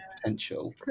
potential